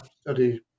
study